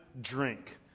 drink